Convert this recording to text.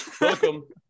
Welcome